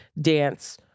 dance